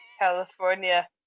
California